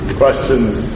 questions